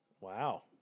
Wow